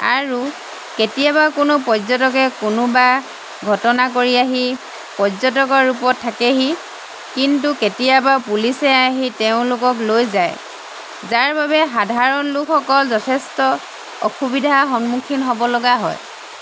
আৰু কেতিয়াবা কোনো পৰ্য্যটকে কোনোবা ঘটনা কৰি আহি পৰ্য্যটকৰ ৰূপত থাকেহি কিন্তু কেতিয়াবা পুলিছে আহি তেওঁলোকক লৈ যায় যাৰ বাবে সাধাৰণ লোকসকল যথেষ্ট অসুবিধাৰ সন্মুখীন হ'ব লগা হয়